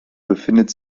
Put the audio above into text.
befindet